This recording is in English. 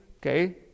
okay